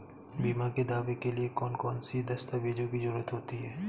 बीमा के दावे के लिए कौन कौन सी दस्तावेजों की जरूरत होती है?